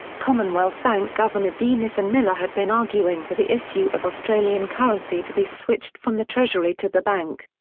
commonwealth bank governor denison miller had been arguing for the issue of australian currency to be switched from the treasury to the bank,